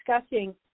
discussing